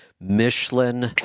Michelin